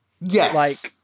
Yes